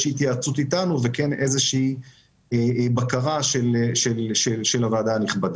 שהיא התייעצות איתנו או איזו שהיא בקרה של הוועדה הנכבדה.